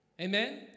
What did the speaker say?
Amen